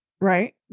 Right